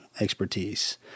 expertise